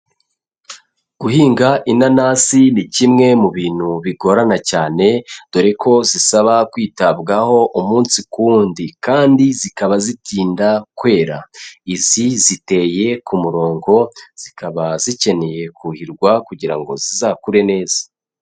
Guhinga inanasi ni kimwe mu bintu bigorana cyane, dore ko zisaba kwitabwaho umunsi k'uwundi kandi zikaba zitinda kwera, izi ziteye ku murongo, zikaba zikeneye kuhirwa kugira ngo zizakure neza.